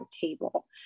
table